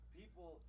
people